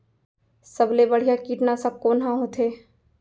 सबले बढ़िया कीटनाशक कोन ह होथे?